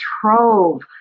trove